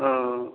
ओऽ